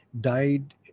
died